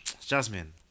Jasmine